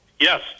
Yes